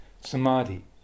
Samadhi